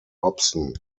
hobson